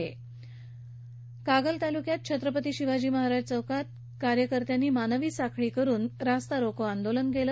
तसंच कागल तालुक्यात छत्रपती शिवाजी महाराज चौकात कार्यकर्त्यांनी मानवी साखळी करून रास्ता रोको केला